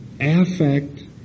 affect